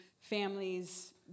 Families